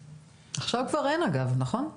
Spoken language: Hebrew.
עכשיו כבר אין אגב, נכון?